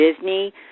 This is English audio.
Disney